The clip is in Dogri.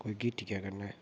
कोई गीह्टियै कन्नै